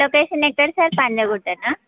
location ఎక్కడ sir పంజాగుట్టనా